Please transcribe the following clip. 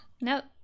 Nope